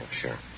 sure